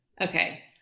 Okay